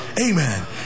Amen